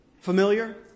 familiar